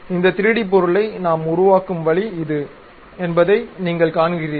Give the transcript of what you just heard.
இந்த 3D பொருளை நாம் உருவாக்கும் வழி இது என்பதை நீங்கள் காண்கிறீர்கள்